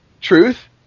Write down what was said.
Truth